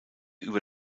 über